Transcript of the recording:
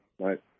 right